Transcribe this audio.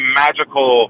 magical